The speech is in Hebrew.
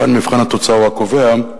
כאן מבחן התוצאה הוא הקובע,